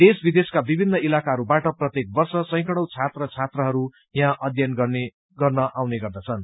देश विदेशका विभिन्न इलाकाहरूवाट प्रत्येक वर्ष सैकडौँ छात्र छात्राहरू यहाँ अध्ययन गर्न आउने गर्दछन्